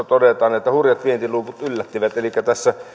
todetaan että hurjat vientiluvut yllättivät elikkä